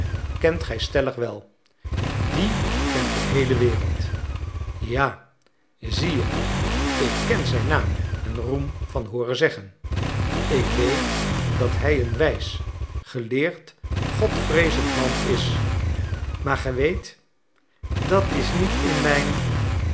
kent gij stellig wel dien kent de heele wereld ja zie je ik ken zijn naam en roem van hooren zeggen ik weet dat hij een wijs geleerd godvreezend man is maar gij weet dat is niet in mijn